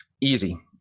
Easy